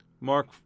Mark